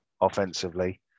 offensively